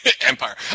Empire